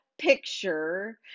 picture